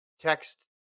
text